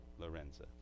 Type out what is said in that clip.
Lorenza